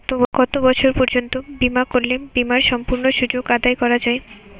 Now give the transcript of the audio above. কত বছর পর্যন্ত বিমা করলে বিমার সম্পূর্ণ সুযোগ আদায় করা য়ায়?